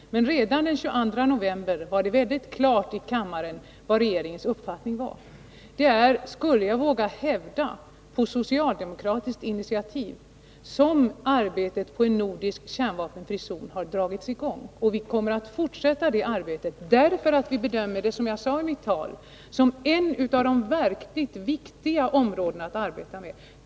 Men redan den 22 november gjordes det helt klart här i kammaren vilken regeringens uppfattning var. Det är, skulle jag våga hävda, på socialdemokratiskt initiativ som arbetet på en nordisk kärnvapenfri zon har dragits i gång. Vi kommer att fortsätta det arbetet, därför att vi bedömer detta — som jag sade i mitt tal — som ett av de verkligt viktiga områdena att arbeta med.